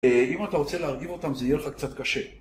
אם אתה רוצה להרכיב אותם, זה יהיה לך קצת קשה.